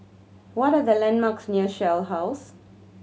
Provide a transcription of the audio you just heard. what are the landmarks near Shell House